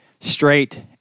straight